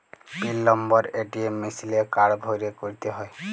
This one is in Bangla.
পিল লম্বর এ.টি.এম মিশিলে কাড় ভ্যইরে ক্যইরতে হ্যয়